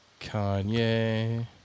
Kanye